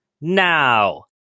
now